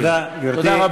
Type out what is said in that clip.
תודה, גברתי.